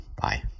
Bye